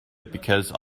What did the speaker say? because